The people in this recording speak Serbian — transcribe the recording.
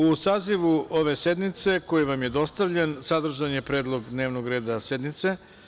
U sazivu ove sednice, koji vam je dostavljen, sadržan je predlog dnevnog reda sednice.